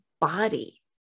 body